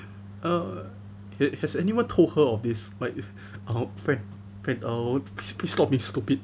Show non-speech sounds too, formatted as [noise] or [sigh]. err has anyone told her of this like [laughs] our friend err please stop be stupid